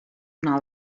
una